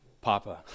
Papa